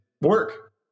work